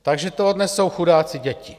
Takže to odnesou chudáci děti.